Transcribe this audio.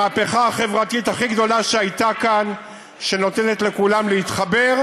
המהפכה החברתית הכי גדולה שהייתה כאן שנותנת לכולם להתחבר,